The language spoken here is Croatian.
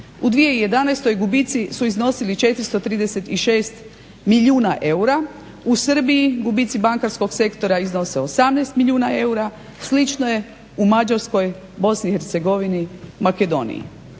U 2011. gubici su iznosili 436 milijuna eura. U Srbiji gubici bankarskog sektora iznose 18 milijuna eura, slično je u Mađarskoj, Bosni i Hercegovini, Makedoniji.